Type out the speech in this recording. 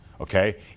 Okay